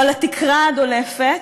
או על התקרה הדולפת,